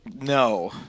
No